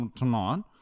tonight